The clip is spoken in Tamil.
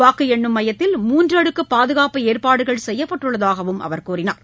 வாக்கு எண்ணும் மையத்தில் பாதுகாப்பு ஏற்பாடுகள் செய்யப்பட்டுள்ளதாகவும் அவர் கூறினார்